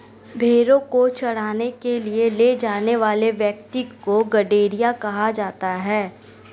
भेंड़ों को चराने के लिए ले जाने वाले व्यक्ति को गड़ेरिया कहा जाता है